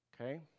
okay